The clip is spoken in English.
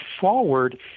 forward